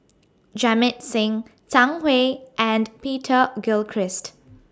Jamit Singh Zhang Hui and Peter Gilchrist